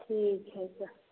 ठीक हइ तऽ